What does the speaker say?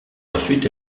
ensuite